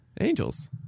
Angels